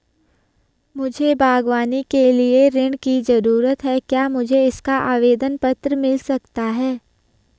मुझे बागवानी के लिए ऋण की ज़रूरत है क्या मुझे इसका आवेदन पत्र मिल सकता है?